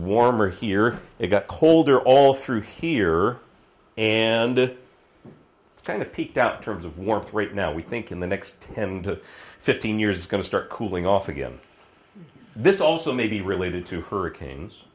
warmer here it got colder all through here and it kind of peaked out terms of warmth right now we think in the next ten to fifteen years is going to start cooling off again this also may be related to hurricanes